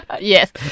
Yes